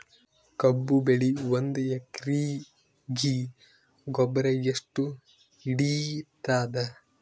ಕಬ್ಬು ಬೆಳಿ ಒಂದ್ ಎಕರಿಗಿ ಗೊಬ್ಬರ ಎಷ್ಟು ಹಿಡೀತದ?